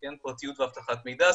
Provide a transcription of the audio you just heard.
פרטיות ואבטחת מידע,